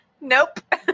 Nope